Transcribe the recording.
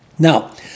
Now